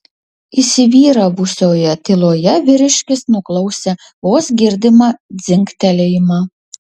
įsivyravusioje tyloje vyriškis nuklausė vos girdimą dzingtelėjimą